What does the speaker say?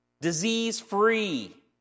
disease-free